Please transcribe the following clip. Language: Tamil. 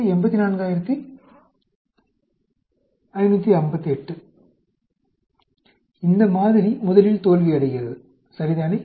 558 இந்த மாதிரி முதலில் தோல்வியடைகிறது சரிதானே